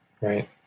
right